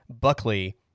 Buckley